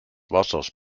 wassers